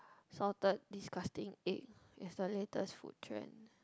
salted disgusting egg is the latest food trend